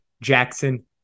Jackson